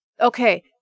Okay